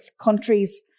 countries